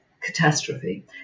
catastrophe